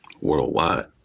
worldwide